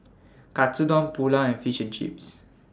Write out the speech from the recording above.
Katsudon Pulao and Fish and Chips